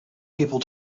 people